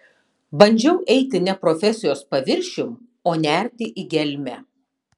bandžiau eiti ne profesijos paviršium o nerti į gelmę